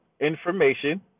information